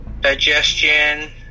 digestion